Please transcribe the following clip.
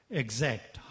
exact